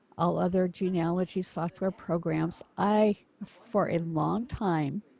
all other genealogy software programs i for a long time.